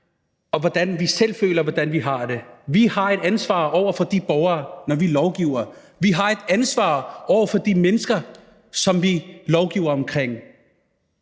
hvordan vi selv føler vi har det. Vi har et ansvar over for de borgere, når vi lovgiver. Vi har et ansvar over for de mennesker, som vi lovgiver om.